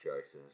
Choices